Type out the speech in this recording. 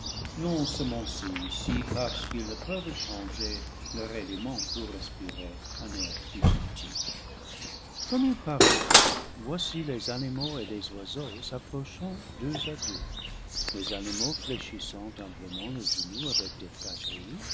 non semoncés ici parce qu'ils ne peuvent changer leur élément pour respirer un air plus subtil commeil parlait voici les animaux et les oiseaux s'ap prochant deux à deux les animaux fléchissant humblement le genou avec des